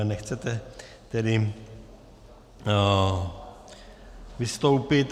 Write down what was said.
Nechcete tedy vystoupit.